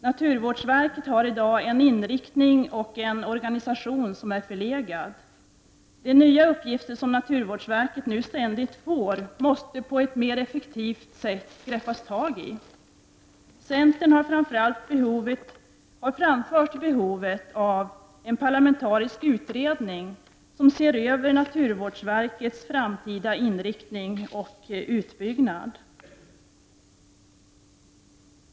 Naturvårdsverket har i dag en inriktning och en organisation som är förlegad. Man måste på ett mer effektivt sätt gripa sig an med de nya uppgifter som naturvårdsverket nu ständigt får. Centern har understrukit behovet av en parlamentarisk utredning som ser över naturvårdsverkets framtida inriktning och utbyggnad.